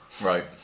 Right